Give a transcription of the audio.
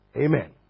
Amen